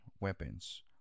weapons